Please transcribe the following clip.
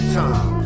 time